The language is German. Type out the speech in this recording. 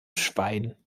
schwein